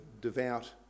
devout